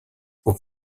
aux